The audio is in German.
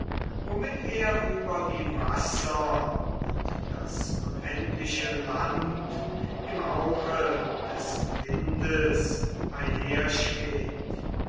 womit er über die wasser und das unendliche land im hauche des windes